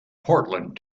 portland